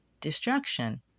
destruction